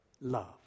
Love